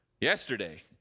Yesterday